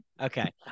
Okay